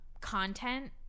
content